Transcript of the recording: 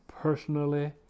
personally